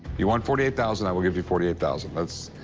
you want forty eight thousand, i will give you forty eight thousand. that's